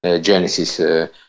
Genesis